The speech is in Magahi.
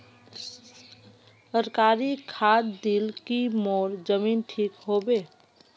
सरकारी खाद दिल की मोर जमीन ठीक होबे?